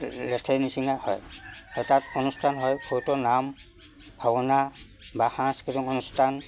লেথেৰি নিচিঙা হয় তাত অনুষ্ঠান হয় বহুতো নাম ভাওনা বা সাংস্কৃতিক অনুষ্ঠান